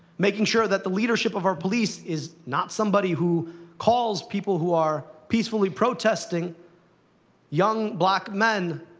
making sure that the leadership of our police is not somebody who calls people who are peacefully protesting young black men,